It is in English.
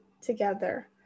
together